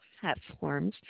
platforms